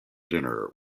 dinner